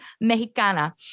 Mexicana